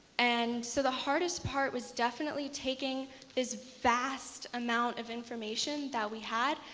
and so the hardest part was definitely taking this vast amount of information that we had.